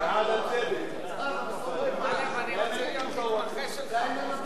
את הצעת חוק הקאדים (תיקון,